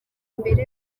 mbere